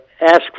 ask